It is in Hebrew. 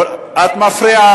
את מפריעה,